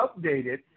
updated